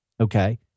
okay